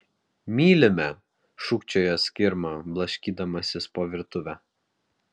mylime šūkčiojo skirma blaškydamasis po virtuvę